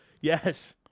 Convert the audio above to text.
yes